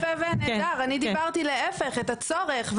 אני דיברתי להיפך, את הצורך.